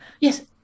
Yes